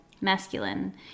masculine